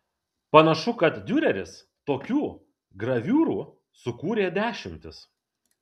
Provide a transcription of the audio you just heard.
panašu kad diureris tokių graviūrų sukūrė dešimtis